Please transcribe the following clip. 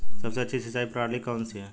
सबसे अच्छी सिंचाई प्रणाली कौन सी है?